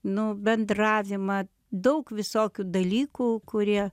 nu bendravimą daug visokių dalykų kurie